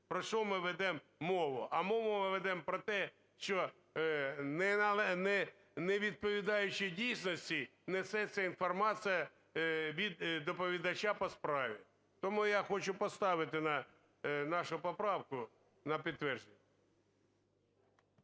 Про що ми ведемо мову? А мову ми ведемо про те, що, не відповідаючи дійсності, несе ця інформація від доповідача по справі. Тому я хочу поставити нашу поправку на підтвердження.